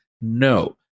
No